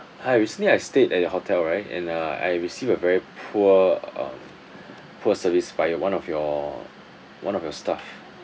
hi recently I stayed at your hotel right and uh I received a very poor um poor service by uh one of your one of your staff